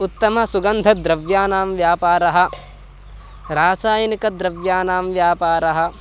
उत्तमसुगन्धद्रव्याणां व्यापारः रासायनिकद्रव्याणां व्यापारः